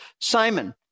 Simon